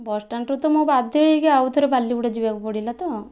ବସଷ୍ଟାଣ୍ଡରୁ ତ ମୁଁ ବାଧ୍ୟ ହୋଇକି ଆଉଥରେ ବାଲିଗୁଡ଼ା ଯିବାକୁ ପଡ଼ିଲା ତ